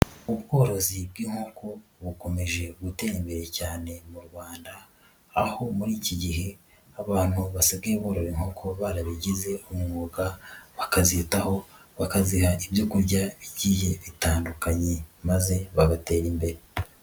Ubworozi bw'inkoko bukomeje gutera imbere cyane mu Rwanda, aho muri iki gihe abantu basigaye borora inkoko barabigize umwuga, bakazitaho bakaziha ibyo kurya bigiye bitandukanye maze bagatera imbere.